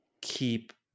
keep